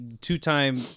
two-time